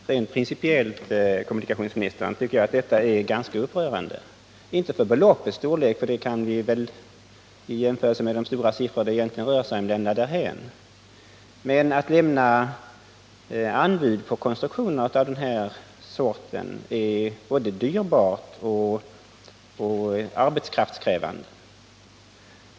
Herr talman! Rent principiellt, kommunikationsministern, tycker jag detta är ganska upprörande. Inte för beloppets storlek — det kan vi väl, i jämförelse med de stora siffror det egentligen rör sig om, lämna därhän — men på grund av att det är både dyrbart och arbetskraftskrävande att lämna anbud på konstruktioner av den här sorten.